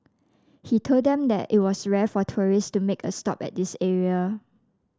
he told them that it was rare for tourist to make a stop at this area